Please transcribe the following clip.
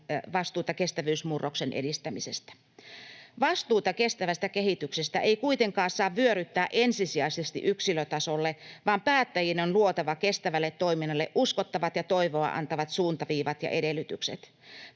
vastuuta kestävyysmurroksen edistämisestä. Vastuuta kestävästä kehityksestä ei kuitenkaan saa vyöryttää ensisijaisesti yksilötasolle, vaan päättäjien on luotava kestävälle toiminnalle uskottavat ja toivoa antavat suuntaviivat ja edellytykset.